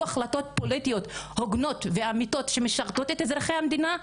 החלטות פוליטיות הוגנות ואמיתיות שמשרתות את אזרחי המדינה,